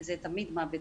וזה תמיד מוות